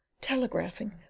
telegraphing